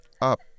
up